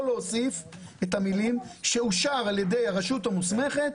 להוסיף את המילים "שאושר על ידי הרשות המוסמכת